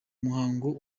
muhango